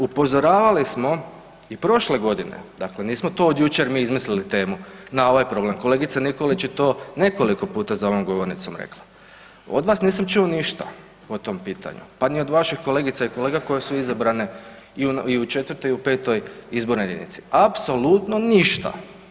Upozoravali smo i prošle godine, dakle nismo to od jučer mi izmislili temu na ovaj problem kolegica Nikolić je to nekoliko puta za ovom govornicom rekla, od vas nisam čuo ništa o tom pitanju, pa ni od vaših kolegica i kolega koje su izabrane i u 4. i u 5. izbornoj jedinici, apsolutno ništa.